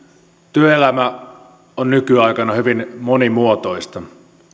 työelämä on nykyaikana hyvin monimuotoista